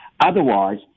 Otherwise